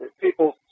people